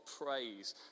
praise